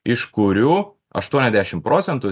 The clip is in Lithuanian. iš kurių aštuoniasdešimt procentų